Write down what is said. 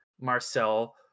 Marcel